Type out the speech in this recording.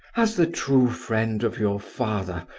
as the true friend of your father,